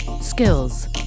skills